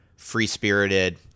free-spirited